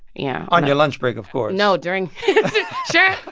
yeah on your lunch break, of course no, during sharon